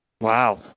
Wow